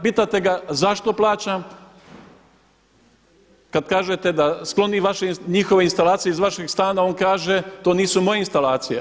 Pitate ga zašto plaćam, kada kažete da skloni njihove instalacije iz vašeg stana, on kaže to nisu moje instalacije.